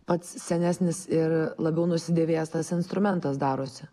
pats senesnis ir labiau nusidėvėjęs tas instrumentas darosi